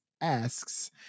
asks